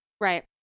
right